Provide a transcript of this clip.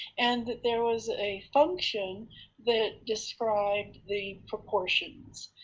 and that there was a function that described the proportions.